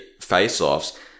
face-offs